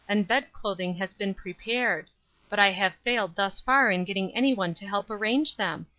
and bed clothing has been prepared but i have failed thus far in getting anyone to help arrange them?